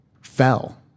fell